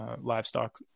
livestock